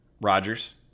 rogers